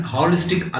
Holistic